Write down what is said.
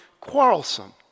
quarrelsome